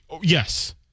Yes